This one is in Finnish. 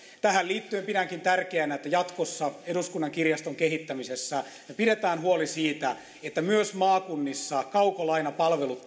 tähän liittyen pidänkin tärkeänä että jatkossa eduskunnan kirjaston kehittämisessä me pidämme huolta siitä että myös maakunnissa kaukolainapalvelut